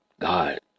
God